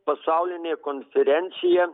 pasaulinė konferencija